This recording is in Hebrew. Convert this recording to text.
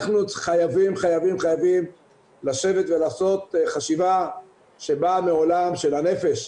אנחנו חייבים לשבת לעשות חשיבה שבאה מהעולם של הנפש,